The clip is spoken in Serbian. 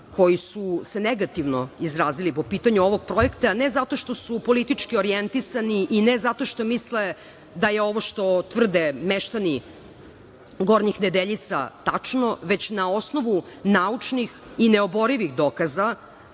koji su se negativno izrazili po pitanju ovog projekta, ne zato što su politički orjentisani i ne zato što misle da je ovo što tvrde meštani Gornjih Nedeljica tačno, već na osnovu naučnih i neoborivih dokaza.